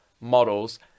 models